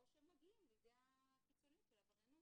או שמגיעים לידי הקיצוניות של עבריינות.